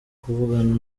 kuvugana